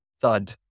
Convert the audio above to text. thud